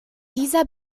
dieser